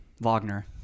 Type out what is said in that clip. Wagner